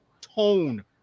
tone